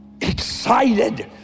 excited